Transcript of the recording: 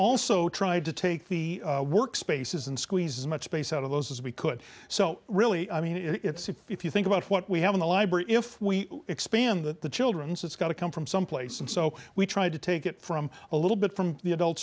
also tried to take the work spaces and squeeze as much space out of those as we could so really i mean it's if you think about what we have in the library if we expand that the children's it's got to come from someplace and so we tried to take it from a little bit from the adult